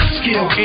skill